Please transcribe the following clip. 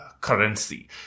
currency